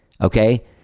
Okay